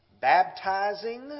baptizing